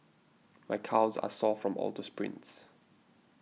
my calves are sore from all to sprints